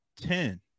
ten